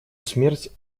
смерть